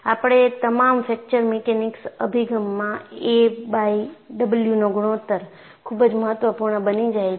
આપણા તમામ fracture mechanics અભિગમમાં એ બાય W નો ગુણોત્તર ખૂબ જ મહત્વપૂર્ણ બની જાય છે